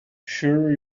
sure